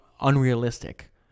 unrealistic